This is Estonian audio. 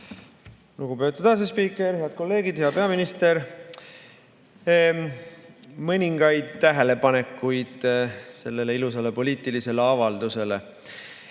Lugupeetud asespiiker! Head kolleegid! Hea peaminister! Mõningaid tähelepanekuid selle ilusa poliitilise avalduse